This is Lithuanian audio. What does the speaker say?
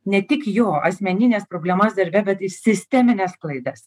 ne tik jo asmenines problemas darbe be sistemines klaidas